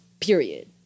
Period